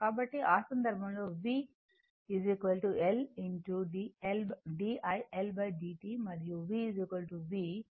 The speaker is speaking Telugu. కాబట్టి ఆ సందర్భంలో V L d iLdt మరియు V V Vm sin ω t